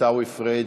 עיסאווי פריג',